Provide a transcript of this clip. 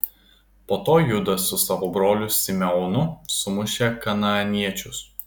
po to judas su savo broliu simeonu sumušė kanaaniečius